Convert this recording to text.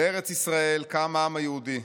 "בארץ ישראל קם העם היהודי,